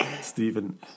Stephen